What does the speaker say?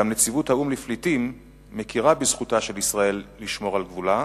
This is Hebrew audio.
גם נציבות האו"ם לפליטים מכירה בזכותה של ישראל לשמור על גבולה.